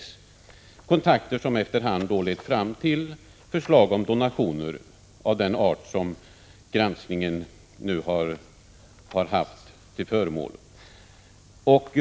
Jag avser då kontakter som efter hand kan ha lett fram till förslag om donationer av den art som nu har varit föremål för granskning.